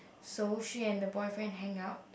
so she and the boyfriend hang out